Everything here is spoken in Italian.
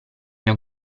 mio